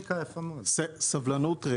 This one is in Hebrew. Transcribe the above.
סבלנות.